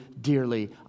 dearly